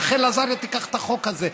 רחל עזריה תיקח את החוק הזה.